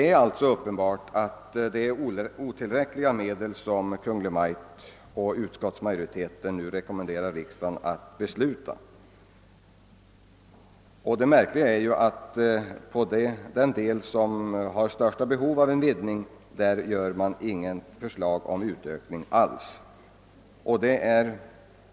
Det är alltså uppenbart att de medel som Kungl. Maj:t och utskottsmajoriteten nu rekommenderar riksdagen att besluta om är otillräckliga. Det märkliga är att man på den del som har största behovet av en ökning inte alls framlägger något förslag om en sådan.